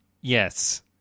Yes